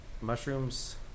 mushrooms